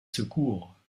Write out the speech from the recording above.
secours